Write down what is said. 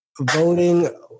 Voting